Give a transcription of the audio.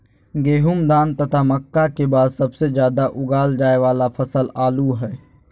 गेहूं, धान तथा मक्का के बाद सबसे ज्यादा उगाल जाय वाला फसल आलू हइ